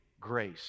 Grace